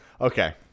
Okay